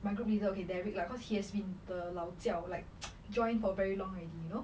my group leader okay derek lah cause he has been the 老教 like join for very long already you know